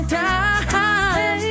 time